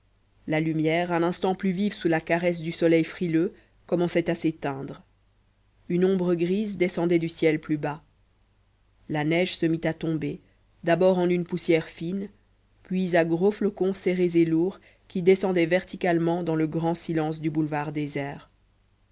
la lumière un instant plus vive sous la caresse du soleil frileux commençait à s'éteindre une ombre grise descendait du ciel plus bas la neige se mit à tomber d'abord en une poussière fine puis à gros flocons serrés et lourds qui descendaient verticalement dans le grand silence du boulevard désert